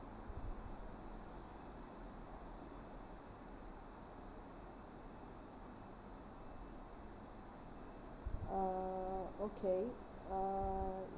ah okay uh